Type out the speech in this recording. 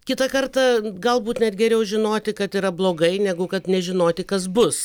kitą kartą galbūt net geriau žinoti kad yra blogai negu kad nežinoti kas bus